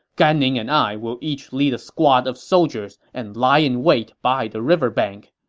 gan ning and i will each lead a squad of soldiers and lie in wait by the river bank.